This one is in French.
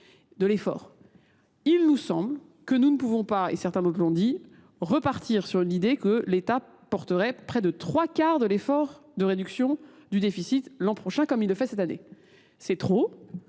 de l'effort. Il nous semble que nous ne pouvons pas, et certains d'autres l'ont dit, repartir sur l'idée que l'État porterait près de trois quarts de l'effort de réduction du déficit l'an prochain comme il le fait cette année. C'est trop,